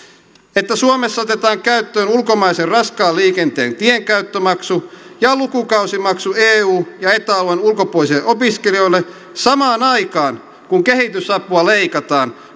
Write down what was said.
että suomessa otetaan käyttöön ulkomaisen raskaan liikenteen tienkäyttömaksu ja lukukausimaksu eu ja eta alueen ulkopuolisille opiskelijoille samaan aikaan kun kehitysapua leikataan